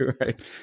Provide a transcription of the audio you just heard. right